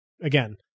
again